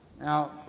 Now